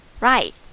Right